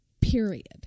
period